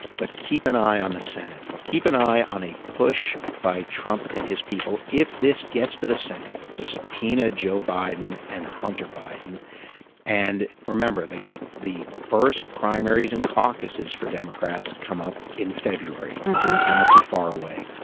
but keep an eye on the senate keep an eye on a push by trump and his people. if this gets to the senate to subpoena joe biden and hunter biden and remember the the first primaries and caucuses for democrats come up in february not too far away.